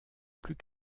plus